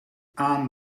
aan